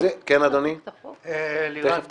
לירן ברוך,